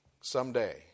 someday